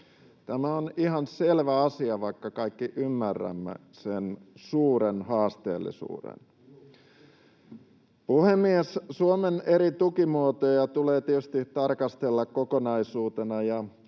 Tämä on ihan selvä asia, vaikka kaikki ymmärrämme sen suuren haasteellisuuden. Puhemies! Suomen eri tukimuotoja tulee tietysti tarkastella kokonaisuutena ja